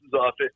office